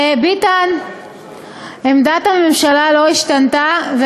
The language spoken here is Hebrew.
עמדת הממשלה לא השתנתה,